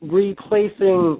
replacing